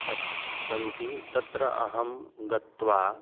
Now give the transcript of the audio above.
अस्ति सन्ति तत्र अहं गत्वा